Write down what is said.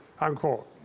unquote